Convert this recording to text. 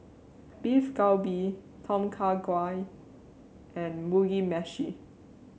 Beef Galbi Tom Kha Gai and Mugi Meshi